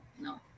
no